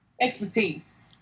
Expertise